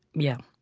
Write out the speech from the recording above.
yeah.